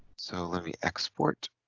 so let me export